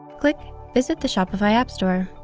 click visit the shopify app store.